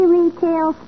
Retail